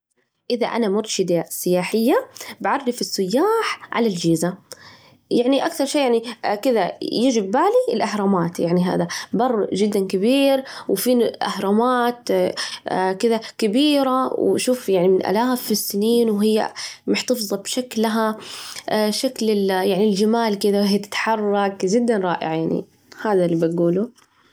إذا أنا مرشدة سياحية بعرف السياح على الجيزة، يعني أكثر شيء كده يجي في بالي الأهرامات، يعني هذا بر جداً كبير، وفيني أهرامات كده كبيرة، وشوف يعني من آلاف السنين وهي محتفظة بشكلها، شكل ال يعني الجمال كده، وهي تتحرك جداً رائعة يعني هذا اللي بجوله.